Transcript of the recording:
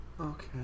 okay